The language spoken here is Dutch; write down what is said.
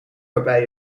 waarbij